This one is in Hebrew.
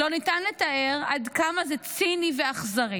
לא ניתן לתאר עד כמה זה ציני ואכזרי